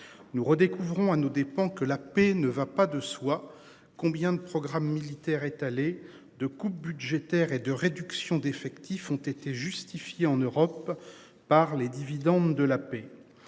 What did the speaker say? nous redécouvrons à nos dépens que la paix ne va pas de soi. Combien de programmes militaires. De coupes budgétaires et de réduction d'effectifs ont été justifié en Europe par les dividendes de la paix.